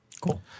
Cool